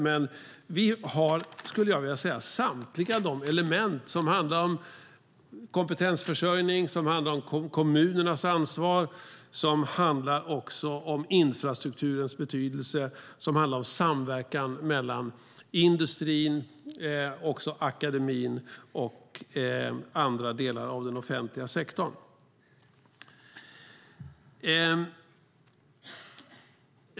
Jag skulle vilja säga att vi har med samtliga de element som handlar om kompetensförsörjning, kommunernas ansvar, infrastrukturens betydelse och samverkan mellan industrin, akademien och andra delar av den offentliga sektorn.